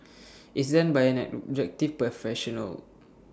is done by an objective professional